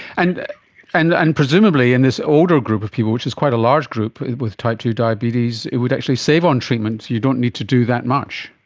and and and presumably in this older group of people, which is quite a large group with type two diabetes, it would actually save on treatment, you don't need to do that much.